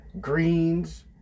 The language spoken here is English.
greens